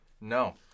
No